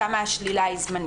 שם השלילה היא זמנית.